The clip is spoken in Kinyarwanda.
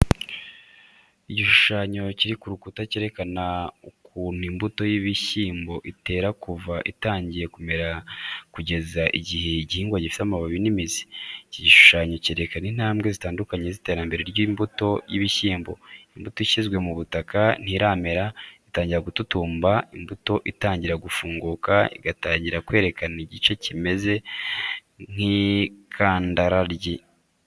Igishushanyo kiri ku rukuta cyerekana ukuntu imbuto y’ibishyimbo itera kuva itangiye kumera kugeza igize igihingwa gifite amababi n’imizi. Iki gishushanyo cyerekana intambwe zitandukanye z'iterambere ry’imbuto y'ibishyimbo, imbuto ishyizwe mu butaka ntiramera, itangira gututumba imbuto itangira gufunguka, igatangira kwerekana igice kimeze nk’akarandaryi.